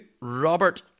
Robert